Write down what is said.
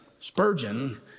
Spurgeon